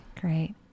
Great